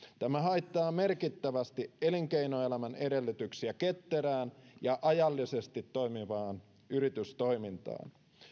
tämä haittaa merkittävästi elinkeinoelämän edellytyksiä ketterään ja ajallisesti toimivaan yritystoimintaan